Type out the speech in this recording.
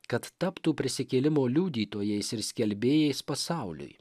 kad taptų prisikėlimo liudytojais ir skelbėjais pasauliui